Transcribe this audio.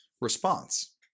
Response